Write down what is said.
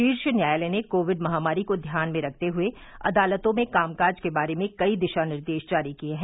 शीर्ष न्यायालय ने कोविड महामारी को ध्यान में रखते हुए अदालतों में कामकाज के बारे में कई दिशा निर्देश जारी किए हैं